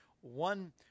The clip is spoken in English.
one